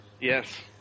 Yes